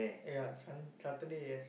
ya sun Saturday yes